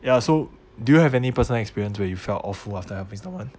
ya so do you have any personal experience where you felt awful after helping someone